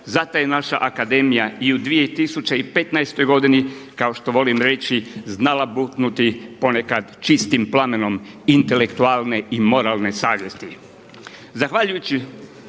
Zato je naša Akademija i u 2015. godini kao što volim reći znala buknuti ponekad čistim plamenom intelektualne i moralne savjesti.